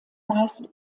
meist